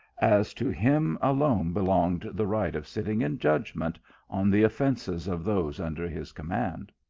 as to him alone belonged the right of sitting in judgment on the offences of those under his command.